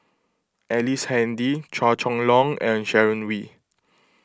Ellice Handy Chua Chong Long and Sharon Wee